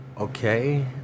Okay